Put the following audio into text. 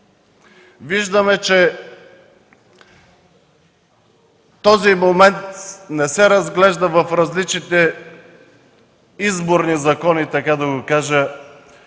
Виждаме, че този момент не се разглежда в различните изборни закони в максимална